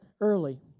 early